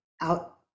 out